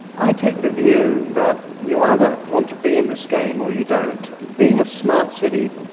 i take the view that you either want to be in this game or you don't. being a smart city,